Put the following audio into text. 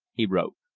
he wrote.